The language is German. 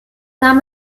nahm